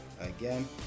Again